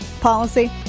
policy